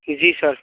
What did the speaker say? जी sir